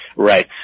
Right